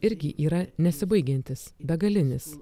irgi yra nesibaigiantis begalinis